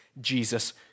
Jesus